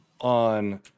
on